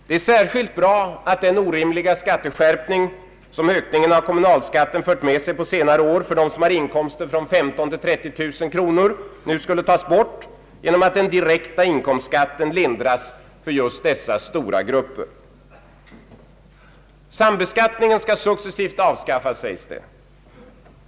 Det är särskilt bra att den orimliga skatteskärpningen som Jökningen av kommunalskatten fört med sig på senare år för dem som har in komster från 15 000 till 30 000 kronor nu skall tas bort genom att den direkta inkomstskatten lindras för just dessa stora grupper. Sambeskattningen skall successivt avskaffas, sägs det.